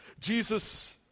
Jesus